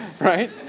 Right